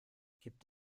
gibt